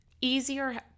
easier